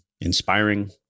inspiring